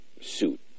suit